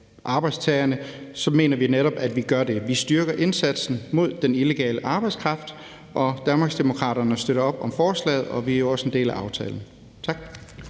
arbejdstagerne, mener vi at vi gør netop det: Vi styrker indsatsen mod den illegale arbejdskraft. Danmarksdemokraterne støtter op om forslaget, og vi er jo også en del af aftalen. Tak.